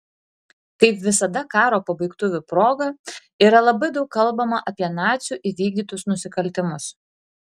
kaip visada karo pabaigtuvių proga yra labai daug kalbama apie nacių įvykdytus nusikaltimus